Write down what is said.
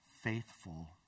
faithful